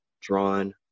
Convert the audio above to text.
drawn